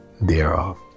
thereof